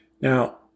Now